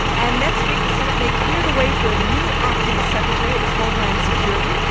and next week, the senate may clear the way for a new acting secretary of homeland security.